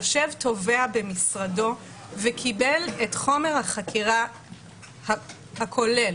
יושב תובע במשרדו וקיבל את חומר החקירה הכולל